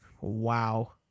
Wow